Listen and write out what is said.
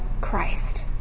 Christ